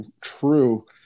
true